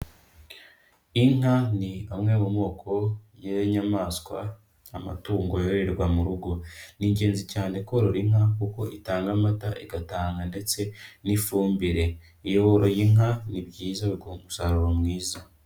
Inka ni amwe mu moko y'inyamaswa, amatungo yorohererwa mu rugo. Ni ingenzi cyane korora inka kuko itanga amata, igatanga ndetse n'ifumbire, iyo woroye inka ni byiza biguha umusaruro mwiza.